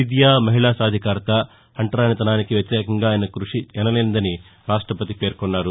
విద్య మహిళా సాధికారత అంటరానితనానికి వ్యతిరేకంగా ఆయన చేసిన క్బషి ఎనలేనిదని రాష్టపతి పేర్కొన్నారు